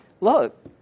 look